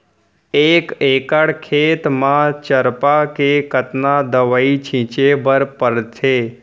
एक एकड़ खेत म चरपा के कतना दवई छिंचे बर पड़थे?